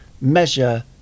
measure